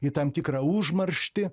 į tam tikrą užmarštį